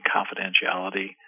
Confidentiality